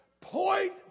point